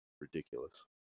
ridiculous